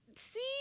See